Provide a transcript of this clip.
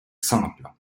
simples